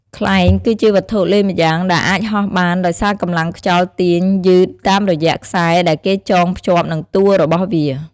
ខ្លែង គឺជាវត្ថុលេងម្យ៉ាងដែលអាចហោះបានដោយសារកម្លាំងខ្យល់ទាញយឺតតាមរយៈខ្សែដែលគេចង់ភ្ជាប់នឹងតួរបស់វា។